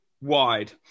wide